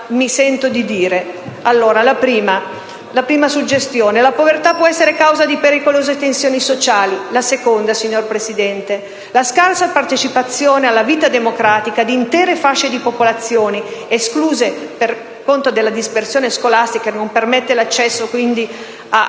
mi sento di dire alcune cose. La prima suggestione è che la povertà può essere causa di pericolose tensioni sociali. La seconda, signor Presidente, è che la scarsa partecipazione alla vita democratica di intere fasce di popolazione, escluse a causa della dispersione scolastica che non permette l'accesso ad